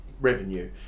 revenue